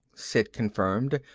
sid confirmed,